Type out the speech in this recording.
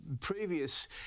previous